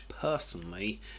personally